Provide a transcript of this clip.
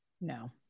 No